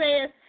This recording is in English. says